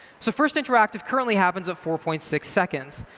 so first interactive currently happens at four point six seconds.